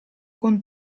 con